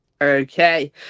okay